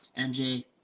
MJ